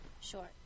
Sure